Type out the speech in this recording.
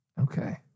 Okay